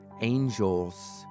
angels